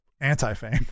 anti-fame